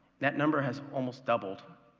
that number has almost doubled.